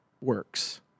works